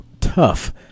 Tough